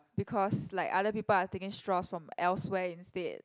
because like other people are taking straws from elsewhere instead